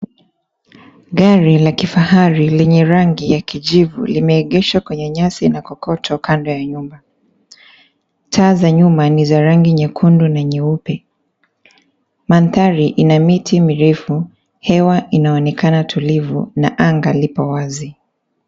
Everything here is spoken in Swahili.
Gari la kifahari lenye rangi ya kijivu limeegeshwa kwenye nyasi na kokoto kando ya nyumba. Taa za nyuma ni za rangi nyekundu na nyeupe .Mandhari ina miti mirefu, hewa inaonekana tulivu na anga lipo wazi.